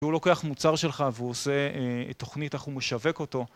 שהוא לוקח מוצר שלך והוא עושה תוכנית, איך הוא משווק אותו